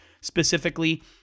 specifically